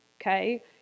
Okay